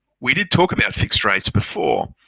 we did talk about fixed rates before